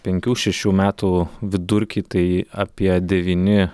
penkių šešių metų vidurkį tai apie devyni